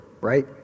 right